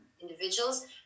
individuals